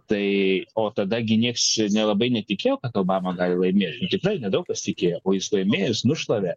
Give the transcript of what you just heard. tai o tada gi nieks čia labai netikėjo kad obama gali laimėti tikrai nedaug pasitikėjo o jis laimėjo jis nušlavė